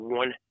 one